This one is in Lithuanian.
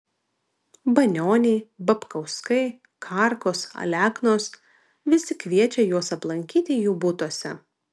banioniai babkauskai karkos aleknos visi kviečia juos aplankyti jų butuose